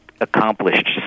accomplished